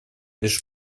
лишь